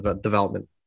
development